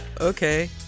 okay